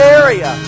area